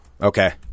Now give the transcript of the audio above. Okay